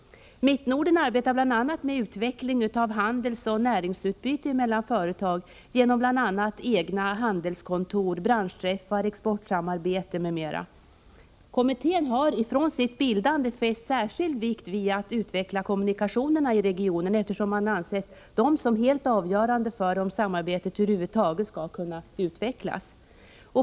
Mittnorden arbetar bl.a. med utveckling av handelsoch näringsutbyte mellan företag genom bl.a. egna handelskontor, branschträffar, exportsamarbete, m.m. Kommittén har sedan den bildades fäst särskild vikt vid att utveckla kommunikationerna i regionen, eftersom man ansett dem som helt avgörande för om samarbetet över huvud taget skall kunna utvecklas.